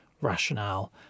rationale